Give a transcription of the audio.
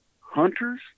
hunters